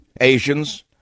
Asians